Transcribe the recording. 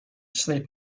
sleep